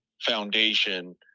foundation